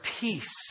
peace